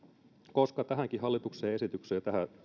liikaa tähänkin hallituksen esitykseen